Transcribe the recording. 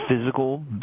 physical